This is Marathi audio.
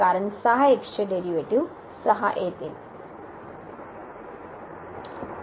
कारण चे डेरीवेटीव 6 येते